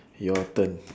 your turn